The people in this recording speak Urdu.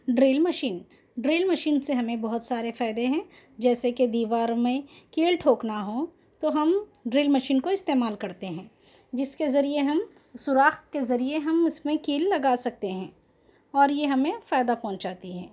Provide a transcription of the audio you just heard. ڈرل مشین ڈرل مشین سے ہمیں بہت سارے فائدے ہیں جیسے کہ دیوار میں کیل ٹھوکنا ہو تو ہم ڈرل مشین کو استعمال کرتے ہیں جس کے ذریعے ہم سوراخ کے ذریعے ہم اس میں کیل لگا سکتے ہیں اور یہ ہمیں فائدہ پہنچاتی ہے